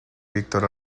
victor